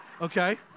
Okay